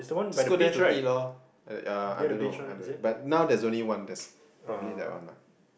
just go there to eat loh ya I don't know I don't but now there's only one that's probably that one lah